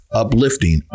uplifting